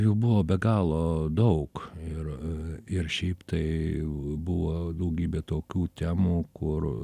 jų buvo be galo daug ir ir šiaip tai buvo daugybė tokių temų kur